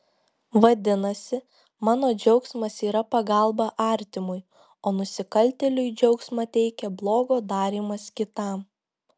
vadinasi mano džiaugsmas yra pagalba artimui o nusikaltėliui džiaugsmą teikia blogo darymas kitam